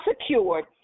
secured